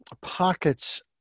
pockets